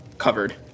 covered